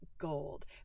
gold